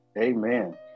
Amen